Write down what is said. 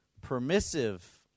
permissive